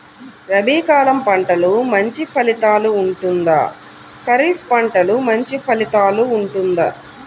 రబీ కాలం పంటలు మంచి ఫలితాలు ఉంటుందా? ఖరీఫ్ పంటలు మంచి ఫలితాలు ఉంటుందా?